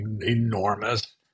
enormous